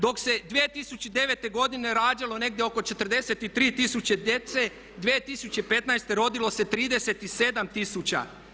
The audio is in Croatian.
Dok se 2009. godine rađalo negdje oko 43 tisuće djece 2015. rodilo se 37 tisuća.